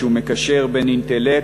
שהוא מקשר בין אינטלקט,